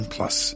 Plus